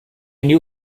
knew